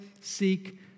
seek